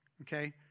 Okay